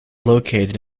located